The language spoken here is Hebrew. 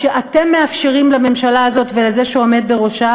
אתם מאפשרים לממשלה הזאת ולזה שעומד בראשה